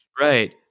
Right